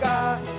God